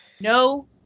No